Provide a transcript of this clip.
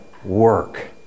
work